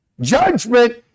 Judgment